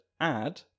add